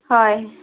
হয়